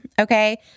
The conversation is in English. okay